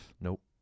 Nope